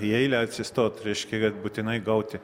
į eilę atsistot reiškia kad būtinai gauti